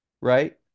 right